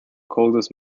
coldest